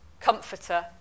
Comforter